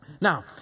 Now